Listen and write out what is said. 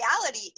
reality